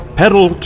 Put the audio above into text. pedal